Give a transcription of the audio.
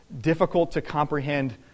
difficult-to-comprehend